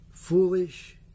foolish